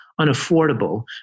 unaffordable